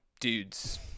dudes